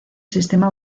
sistema